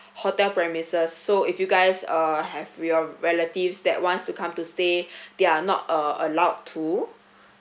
hotel premises so if you guys uh have your relatives that wants to come to stay they are not uh allowed to